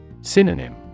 Synonym